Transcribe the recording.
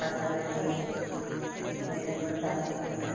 പച്ച മല്ലി അങ്ങനെ എല്ലാം കൂടെ ചതച്ചിട്ടിട്ട്